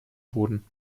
boden